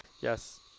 Yes